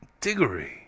Diggory